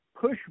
push